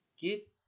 Get